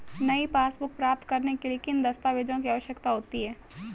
नई पासबुक प्राप्त करने के लिए किन दस्तावेज़ों की आवश्यकता होती है?